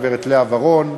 הגברת לאה ורון,